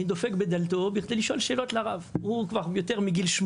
אני דופק בדלת בכדי לשאול שאלות את הרב הוא כבר יותר מ-80